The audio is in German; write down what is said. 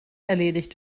erledigt